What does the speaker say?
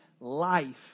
life